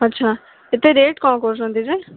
ଆଚ୍ଛା ଏତେ ରେଟ୍ କ'ଣ କହୁଛନ୍ତି ଯେ